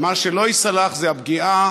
מה שלא ייסלח זה הפגיעה